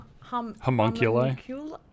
homunculi